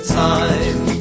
time